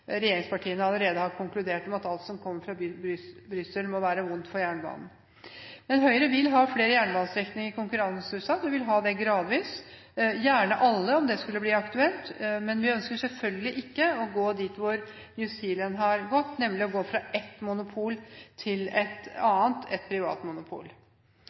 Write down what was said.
regjeringspartiene allerede har konkludert med at alt som kommer fra Brussel, må være ondt for jernbanen. Høyre vil ha flere jernbanestrekninger konkurranseutsatt, vi vil ha det gradvis – gjerne alle, om det skulle bli aktuelt. Men vi ønsker selvfølgelig ikke å gå så langt som New Zealand har gått, nemlig å gå fra ett monopol til et annet, til et privat monopol.